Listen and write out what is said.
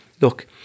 Look